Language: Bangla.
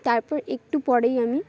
তারপর একটু পরেই আমি